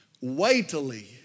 weightily